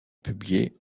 publiées